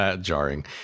Jarring